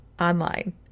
online